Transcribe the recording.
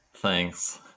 Thanks